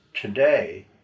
today